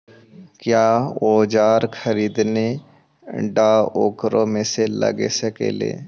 क्या ओजार खरीदने ड़ाओकमेसे लगे सकेली?